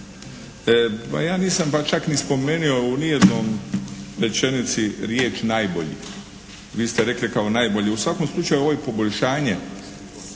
Lesar. Ma ja čak nisam spomenio ni u jednoj rečenici riječ najbolji. Vi ste rekli kao najbolji. U svakom slučaju ovo je poboljšanje,